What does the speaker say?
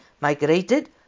migrated